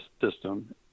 system